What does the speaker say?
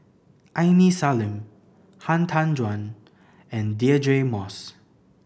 Aini Salim Han Tan Juan and Deirdre Moss